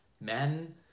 men